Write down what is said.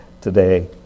today